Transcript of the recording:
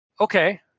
okay